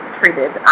treated